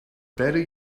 better